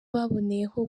baboneyeho